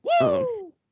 Woo